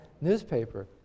newspaper